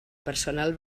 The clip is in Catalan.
personal